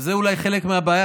זה אולי חלק מהבעיה,